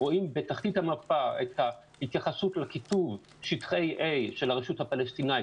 רואים בתחתית המפה את ההתייחסות לכיתוב - שטחי A של הרשות הפלסטינית,